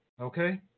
Okay